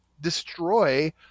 destroy